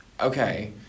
okay